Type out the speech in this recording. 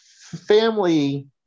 family